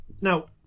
now